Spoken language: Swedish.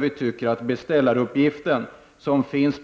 Vi tycker att beställaruppgiften, som skickas